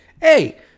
hey